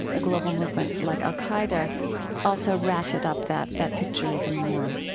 and global movement like al-qaeda also ratchet up that that picture even more?